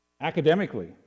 Academically